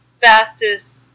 fastest